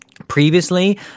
Previously